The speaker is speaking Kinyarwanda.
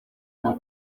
ngo